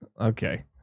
Okay